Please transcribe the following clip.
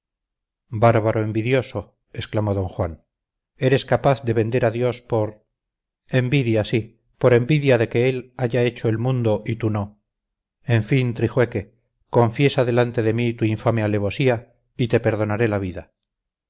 bárbaro envidioso exclamó d juan eres capaz de vender a dios por envidia sí por envidia de que él haya hecho el mundo y tú no en fin trijueque confiesa delante de mí tu infame alevosía y te perdonaré la vida